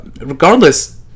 regardless